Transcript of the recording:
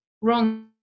wrong